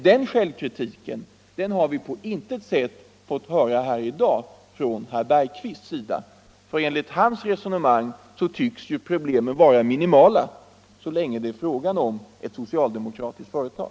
Den självkritiken har vi emellertid på intet sätt fått höra någonting om i dag av herr Bergqvist, enligt hans resonemang tycks problemen vara minimala — så länge det är fråga om ett socialdemokratiskt företag!